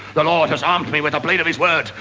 the lord has armed me with the blade of his word.